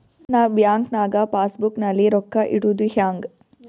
ನಾ ಬ್ಯಾಂಕ್ ನಾಗ passbook ನಲ್ಲಿ ರೊಕ್ಕ ಇಡುದು ಹ್ಯಾಂಗ್?